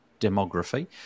demography